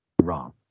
Wrong